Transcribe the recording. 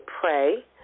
pray